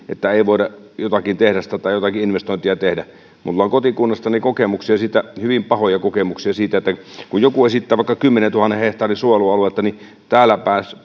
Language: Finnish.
että ei voida jotakin tehdasta tai jotakin investointia tehdä minulla on kotikunnastani kokemuksia hyvin pahoja kokemuksia siitä että kun joku esittää vaikka kymmenentuhannen hehtaarin suojelualuetta niin täällä